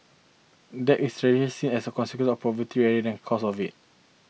debt is traditionally seen as a consequence of poverty rather than a cause of it